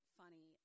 funny